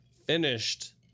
finished